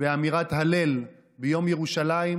באמירת הלל ביום העצמאות וביום ירושלים